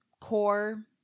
core